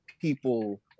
people